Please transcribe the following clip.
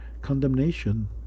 condemnation